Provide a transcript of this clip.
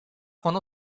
con